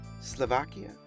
Slovakia